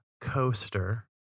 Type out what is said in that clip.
Coaster